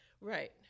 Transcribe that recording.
Right